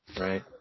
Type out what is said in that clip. right